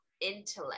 intellect